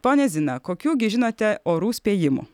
ponia zina kokių gi žinote orų spėjimų